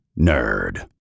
nerd